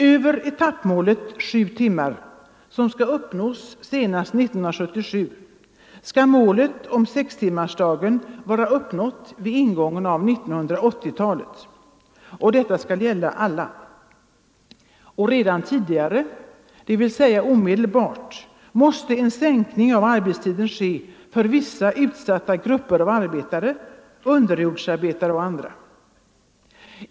Över etappmålet 7 timmar, som skall uppnås senast 1977, skall målet om sextimmarsdagen vara uppnått vid ingången av 1980-talet. Detta skall gälla alla. Redan tidigare, dvs. omedelbart, måste en sänkning av arbetstiden ske för vissa utsatta grupper av arbetare, underjordsarbetare och andra.